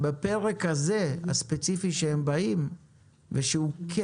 בפרק הזה הספציפי אתו הם באים ושהוא כן